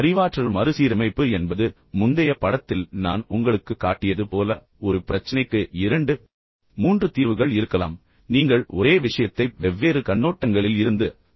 அறிவாற்றல் மறுசீரமைப்பு என்பது முந்தைய படத்தில் நான் உங்களுக்குக் காட்டியது போல ஒரு பிரச்சனைக்கு பிரச்சனைக்கு இரண்டு தீர்வுகள் மூன்று தீர்வுகள் இருக்கலாம் நீங்கள் ஒரே விஷயத்தைப் வெவ்வேறு கண்ணோட்டங்களில் இருந்து பார்க்கலாம்